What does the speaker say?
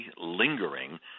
lingering